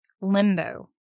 limbo